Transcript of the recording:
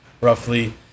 roughly